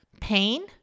pain